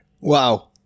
Wow